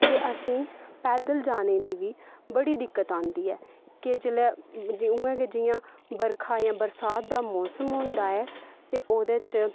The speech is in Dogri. ते असेंगी पैदल जाने दी बी बड़ी दिक्कत आंदी ऐ केह् जेल्लै उ'आं गै जि'यां बरखां आइयां बरसात दा मौसम होंदा ऐ ते ओह्दे च